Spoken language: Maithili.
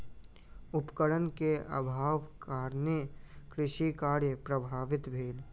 उपकरण के अभावक कारणेँ कृषि कार्य प्रभावित भेल